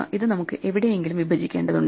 ഇത് നമുക്ക് എവിടെയെങ്കിലും വിഭജിക്കേണ്ടതുണ്ട്